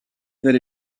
that